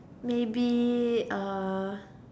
maybe